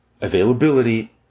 availability